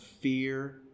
fear